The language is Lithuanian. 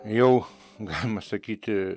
jau galima sakyti